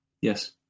Yes